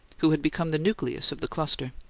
who had become the nucleus of the cluster.